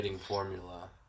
formula